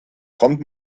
kommt